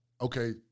okay